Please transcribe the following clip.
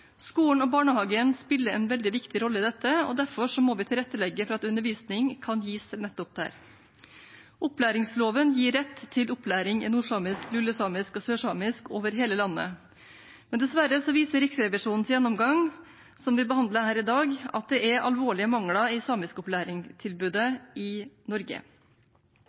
Skolen og barnehagen spiller en veldig viktig rolle i dette, og derfor må vi tilrettelegge for at undervisning kan gis nettopp der. Opplæringsloven gir rett til opplæring i nordsamisk, lulesamisk og sørsamisk over hele landet, men dessverre viser Riksrevisjonens gjennomgang, som vi behandler her i dag, at det er alvorlige mangler i samiskopplæringstilbudet i Norge.